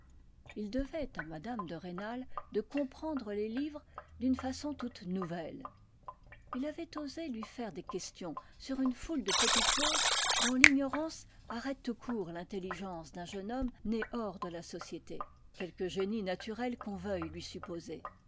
il devait à mme de rênal de comprendre les livres d'une façon toute nouvelle il avait osé lui faire des questions sur une foule de petites choses dont l'ignorance arrête tout court l'intelligence d'un jeune homme né hors de la société quelque génie naturel qu'on veuille lui supposer